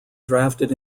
drafted